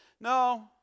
No